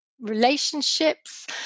relationships